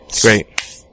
Great